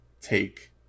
take